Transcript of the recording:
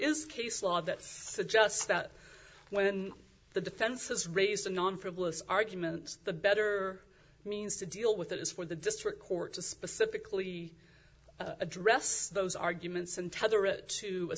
is case law that suggests that when the defense is raised to non frivolous argument the better means to deal with it is for the district court to specifically address those arguments and to